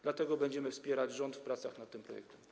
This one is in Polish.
Dlatego będziemy wspierać rząd w pracach nad tym projektem.